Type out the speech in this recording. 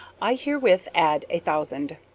i herewith add a thousand.